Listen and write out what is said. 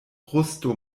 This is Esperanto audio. rusto